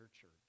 church